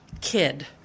kid